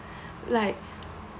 like